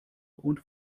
und